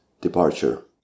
departure